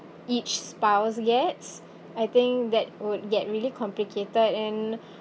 each spouse gets I think that would get really complicated and